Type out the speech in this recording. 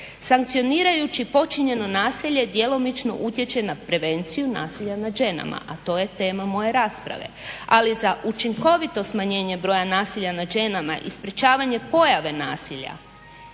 Sankcionirajući počinjeno nasilje djelomice utječe na prevenciju nasilja nad ženama, a to je tema moje rasprave, ali za učinkovito smanjenje broja nasilja nad ženama i sprečavanje pojave nasilja